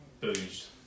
booze